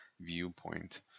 viewpoint